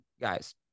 guys